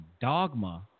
dogma